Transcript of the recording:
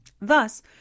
Thus